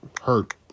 hurt